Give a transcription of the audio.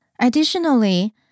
Additionally